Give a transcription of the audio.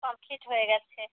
হয়ে গিয়েছে